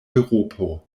eŭropo